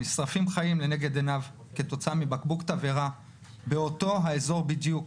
נשרפים חיים לנגד עיניו כתוצאה מבקבוק תבערה באותו האזור בדיוק.